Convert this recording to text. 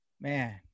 Man